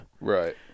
right